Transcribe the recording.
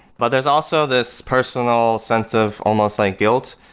but there's also this personal sense of almost like guilt.